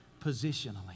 positionally